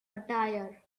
attire